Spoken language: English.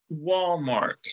Walmart